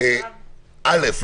אל"ף,